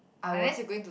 unless you going to